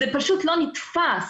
זה פשוט לא נתפס.